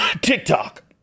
tiktok